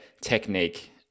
technique